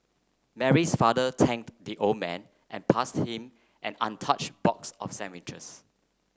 Mary's father thanked the old man and passed him an untouched box of sandwiches